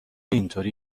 اینطوری